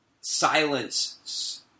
silence